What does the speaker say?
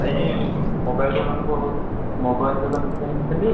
ଭାଇ ମୋବାଇଲ୍ ଦୋକାନ ମୋବାଇଲ୍ ଦୋକାନୁ କହୁଥିଲେ ଟି